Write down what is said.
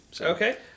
Okay